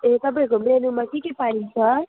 ए तपाईँहरूको मेनुमा के के पाइन्छ